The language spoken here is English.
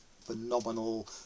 phenomenal